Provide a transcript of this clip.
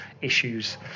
issues